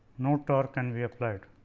no torque can be applied.